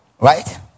right